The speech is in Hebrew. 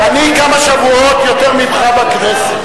אני כמה שבועות יותר ממך בכנסת,